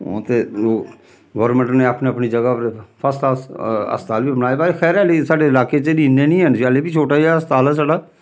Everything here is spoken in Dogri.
हून ते ओह् गौरमैंट ने अपनी अपनी जगह उप्पर फर्स्ट क्लास हस्पताल बी बनाए पर खैर आल्ली साढ़े लाके च नि इन्ने निं हैन अल्ली बी छोटा जेहा हस्पताल ऐ साढ़ा